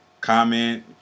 comment